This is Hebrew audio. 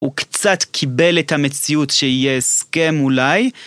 הוא קצת קיבל את המציאות שיהיה הסכם אולי.